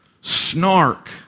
snark